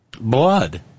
blood